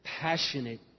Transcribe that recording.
passionate